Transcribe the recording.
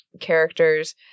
characters